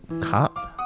cop